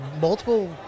multiple